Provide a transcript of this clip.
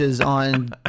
on